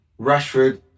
Rashford